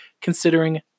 considering